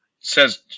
says